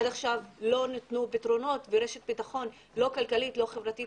עד עכשיו לא נתנו פתרונות ורשת ביטחון לא כלכלית ולא חברתית